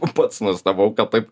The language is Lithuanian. o pats nustebau kad taip